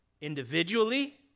individually